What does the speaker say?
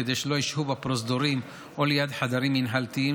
כדי שלא ישהו בפרוזדורים או ליד חדרים מינהלתיים,